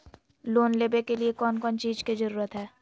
Loan लेबे के लिए कौन कौन चीज के जरूरत है?